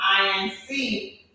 INC